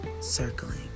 circling